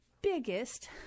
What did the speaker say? biggest